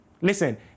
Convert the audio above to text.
Listen